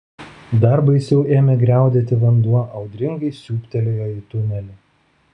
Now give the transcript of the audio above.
dar baisiau ėmė griaudėti vanduo audringai siūbtelėjo į tunelį